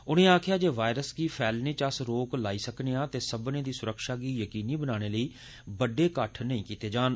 उनें आक्खेआ जे वायरस गी फैलने च अस रोक लाई सकनेआ ते सब्मने दी सुरक्षा गी यकीनी बनाने लेई बड्डे किट्ठ नेई कीते जान